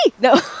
No